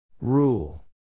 Rule